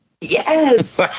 Yes